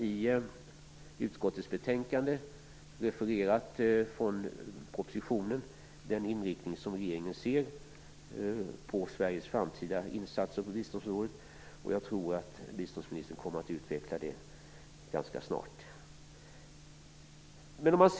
I utskottets betänkande redovisas, refererat från propositionen, den inriktning som regeringen ser vad gäller Sveriges framtida insatser på biståndsområdet. Jag tror att biståndsministern strax kommer att utveckla detta.